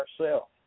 ourself